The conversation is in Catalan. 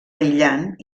aïllant